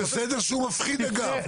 זה בסדר שהוא מפחיד, אגב.